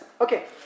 Okay